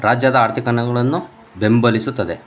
ರಾಜ್ಯದ ಆರ್ಥಿಕತೆಗಳನ್ನು ಬೆಂಬಲಿಸುತ್ತದೆ